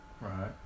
Right